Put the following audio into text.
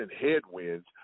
headwinds